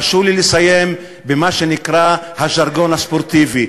הרשו לי לסיים במה שנקרא הז'רגון הספורטיבי: